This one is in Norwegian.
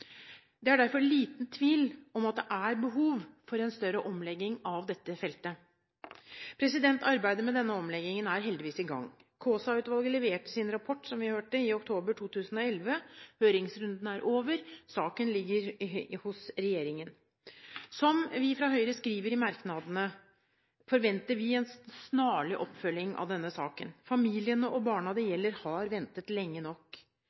Det er derfor liten tvil om at det er behov for en større omlegging av dette feltet. Arbeidet med denne omleggingen er heldigvis i gang. Kaasa-utvalget leverte, som vi hørte, sin rapport i 2011. Høringsrunden er over, og saken ligger hos regjeringen. Som vi i Høyre skriver i merknadene: Vi forventer en snarlig oppfølging av denne saken. Familiene og barna det gjelder, har ventet lenge nok.